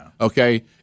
Okay